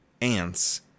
ants